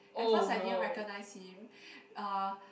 at first I didn't recognise him uh